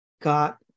got